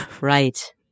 Right